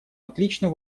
отличную